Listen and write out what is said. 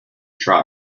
try